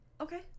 Okay